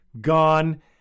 gone